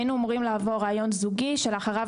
היינו אמורים לעבור ראיון זוגי שלאחריו